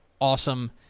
awesome